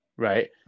Right